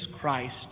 Christ